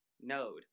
Node